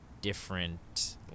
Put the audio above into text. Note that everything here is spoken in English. different